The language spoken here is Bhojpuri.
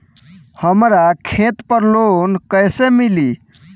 हमरा खेत पर लोन कैसे मिली?